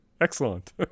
excellent